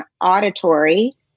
auditory